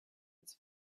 its